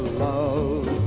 love